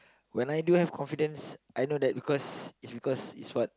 when I do have confidence I know that because is because is what